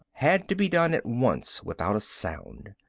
had to be done at once without a sound.